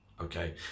Okay